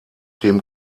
dem